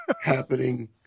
happening